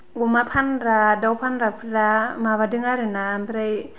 अमा फानग्रा दाव फानग्राफोरा माबादों आरोना ओमफ्राय